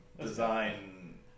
design